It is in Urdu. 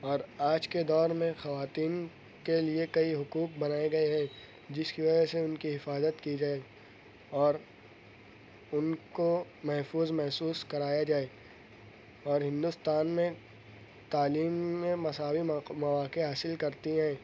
اورآج کے دور میں خواتین کے لیے کئی حقوق بنائے گئے ہیں جس کی وجہ سے ان کی حفاظت کی جائے اور ان کو محفوظ محسوس کرایا جائے اور ہندوستان میں تعلیم میں مساوی مواقع حاصل کرتی ہیں